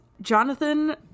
Jonathan